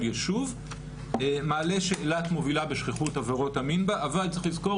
ישוב מעלה שאלה מובילה בשכיחות עבירות מין בה אבל צריך לזכור